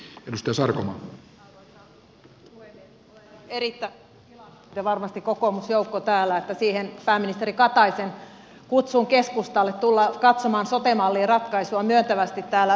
olen ollut erittäin ilahtunut ja varmasti kokoomusjoukko täällä että siihen pääministeri kataisen kutsuun keskustalle tulla katsomaan sote malliin ratkaisua on myöntävästi täällä vastattu